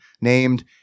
named